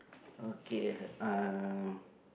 okay uh